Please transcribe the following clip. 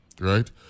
right